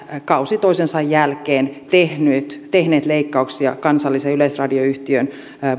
kausi toisensa jälkeen tehneet tehneet leikkauksia kansallisen yleisradioyhtiön